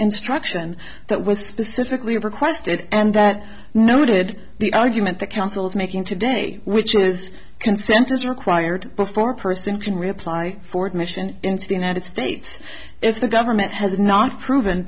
instruction that with specifically requested and that noted the argument the counsel's making today which is consent is required before person can reapply for admission into the united states if the government has not proven